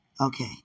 Okay